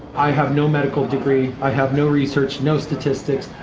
i have no medical degree, i have no research, no statistics,